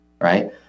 right